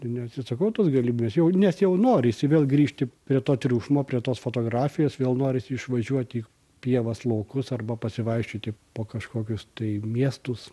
ir neatsisakau tos galimybės jau nes jau norisi vėl grįžti prie to triukšmo prie tos fotografijos vėl norisi išvažiuot į pievas laukus arba pasivaikščioti po kažkokius tai miestus